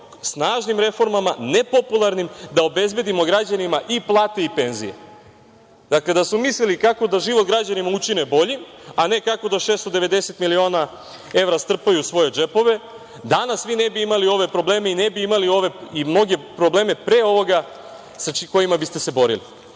snažnim reformama, nepopularnim, da obezbedimo građanima i plate i penzije. Dakle, da su mislili kako da život građanima učine boljim, a ne kako da 690 miliona evra strpaju u svoje džepove, danas vi ne bi imali ove probleme i ne bi imale mnoge probleme i pre ovoga sa kojima biste se borili. Žao